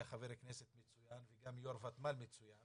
היה חבר כנסת מצוין וגם יו"ר ותמ"ל מצוין